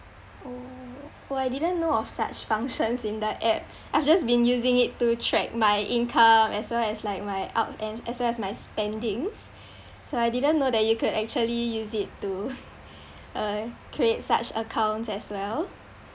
oh I didn't know of such functions in the app I've just been using it to track my income as well as like my out~ and as well as my spendings so I didn't know that you could actually use it to uh create such accounts as well